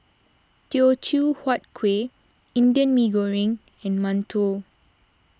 Teochew Huat Kueh Indian Mee Goreng and Mantou